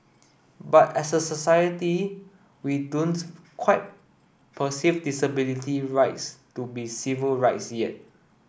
but as a society we don't quite perceive disability rights to be civil rights yet